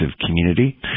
community